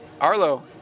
Arlo